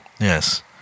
Yes